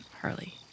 Harley